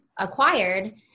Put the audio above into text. acquired